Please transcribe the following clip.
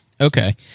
Okay